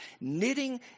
knitting